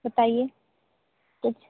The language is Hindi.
बताइए कुछ